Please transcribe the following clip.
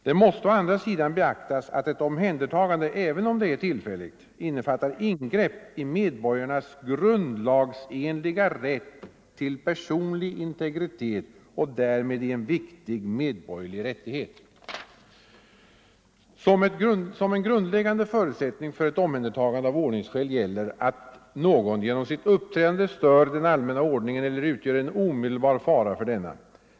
Det måste å andra sidan beaktas att ett omhändertagande, även om det är tillfälligt, innefattar ingrepp i medborgarens grundlagsenliga rätt till personlig integritet och därmed i en viktig medborgerlig rättighet. Som en grundläggande förutsättning för ett omhändertagande av ordningsskäl gäller att någon genom sitt uppträdande stör den allmänna ordningen eller utgör en omedelbar fara för denna.